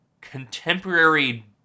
Contemporary